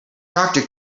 doctor